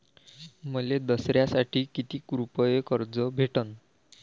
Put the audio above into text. मले दसऱ्यासाठी कितीक रुपये कर्ज भेटन?